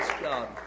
God